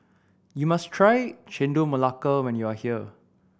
you must try Chendol Melaka when you are here